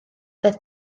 daeth